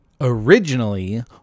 originally